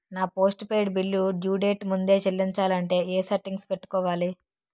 నా postpaid bill due date ముందే చెల్లించాలంటే ఎ సెట్టింగ్స్ పెట్టుకోవాలి?